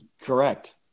Correct